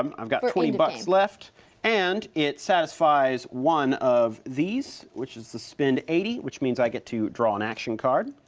um i've got twenty bucks left and it satisfies one of these, which is to spend eighty, which means i get to draw an action card.